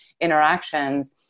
interactions